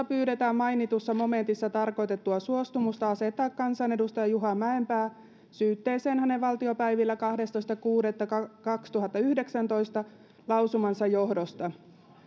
pyydetään mainitussa momentissa tarkoitettua suostumusta asettaa kansanedustaja juha mäenpää syytteeseen hänen valtiopäivillä kahdestoista kuudetta kaksituhattayhdeksäntoista lausumansa johdosta